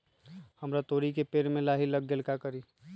हमरा तोरी के पेड़ में लाही लग गेल है का करी?